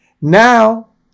Now